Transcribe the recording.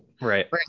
Right